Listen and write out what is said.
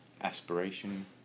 aspiration